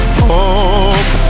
hope